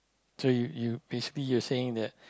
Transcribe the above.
to you basically you're saying that